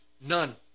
none